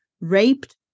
raped